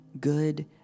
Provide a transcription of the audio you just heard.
good